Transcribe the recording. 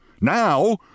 Now